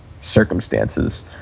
circumstances